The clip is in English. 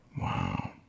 Wow